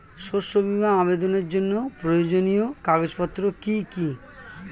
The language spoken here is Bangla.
শস্য বীমা আবেদনের জন্য প্রয়োজনীয় কাগজপত্র কি কি?